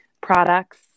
products